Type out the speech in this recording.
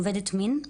עובדת מין.